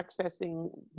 accessing